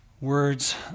words